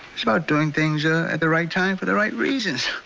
it's about doing things ah at the right time, for the right reasons.